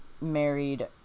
married